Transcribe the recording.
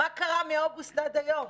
מה קרה מאוגוסט עד יום?